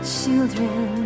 children